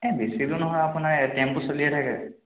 এই বেছি দূৰ নহয় আপোনাৰ এই টেম্পু চলিয়ে থাকে